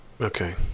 Okay